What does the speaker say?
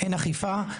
אין אכיפה.